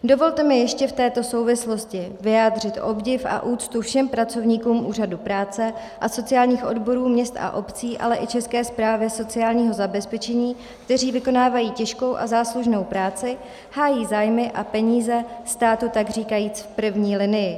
Dovolte mi ještě v této souvislosti vyjádřit obdiv a úctu všem pracovníkům Úřadu práce a sociálních odborů měst a obcí, ale i České správy sociálního zabezpečení, kteří vykonávají těžkou a záslužnou práci, hájí zájmy a peníze státu takříkajíc v první linii.